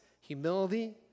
humility